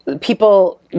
people